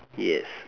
yes